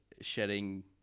shedding